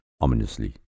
ominously